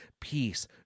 peace